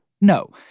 no